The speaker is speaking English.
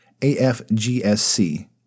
AFGSC